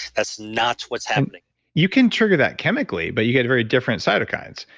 that's not what's happening you can trigger that chemically, but you get very different cytokines.